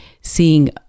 seeing